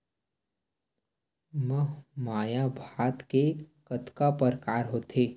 महमाया भात के कतका प्रकार होथे?